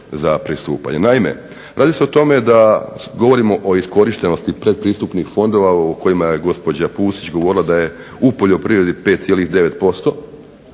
Naime, radi se o tome da govorimo o iskorištenosti predpristupnih fondova o kojima je gospođa Pusić govorila, da je u poljoprivredi 5,9%,